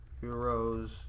Heroes